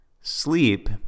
Sleep